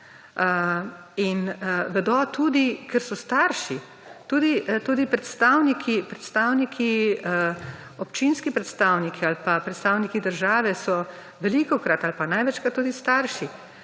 In vedo tudi, ker so starši, tudi predstavniki, občinski predstavniki ali pa predstavniki države so velikokrat ali pa največkrat tudi starši.